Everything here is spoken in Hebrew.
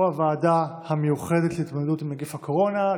ועדת הקורונה.